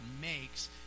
makes